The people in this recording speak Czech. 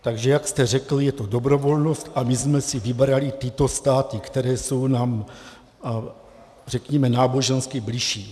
Takže jak jste řekl, je to dobrovolnost a my jsme si vybrali tyto státy, které jsou nám řekněme nábožensky bližší.